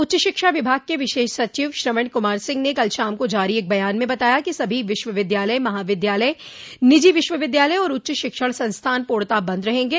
उच्च शिक्षा विभाग के विशेष सचिव श्रवण कुमार सिंह ने कल शाम को जारी एक बयान में बताया कि सभी विश्वविद्यालय महाविद्यालय निजी विश्वविद्यालय और उच्च शिक्षण संस्थान पूर्णतया बंद रहेंगे